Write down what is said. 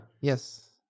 Yes